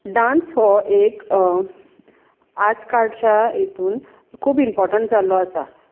dance हो एक आज कालच्या हातूंत खूब इम्पोटंट जाल्लो आसा